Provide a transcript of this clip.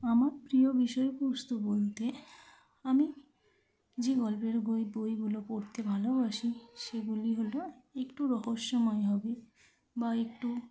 আমার প্রিয় বিষয়বস্তু বলতে আমি যে গল্পের বইগুলো পড়তে ভালোবাসি সেগুলি হল একটু রহস্যময় হবে বা একটু